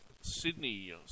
Sydney